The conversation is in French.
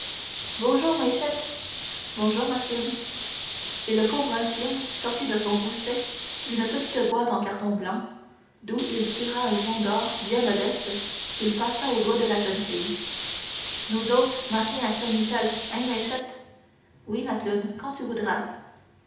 bôjou maïchette bonjour macloune et le pauvre infirme sortit de son gousset une petite boîte en carton blanc d'où il tira un jonc d'or bien modeste qu'il passa au doigt de la jeune fille nous autres mariés à saint-michel hein maïchette oui macloune quand tu voudras